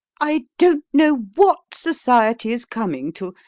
i don't know what society is coming to.